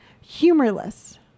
Humorless